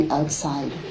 outside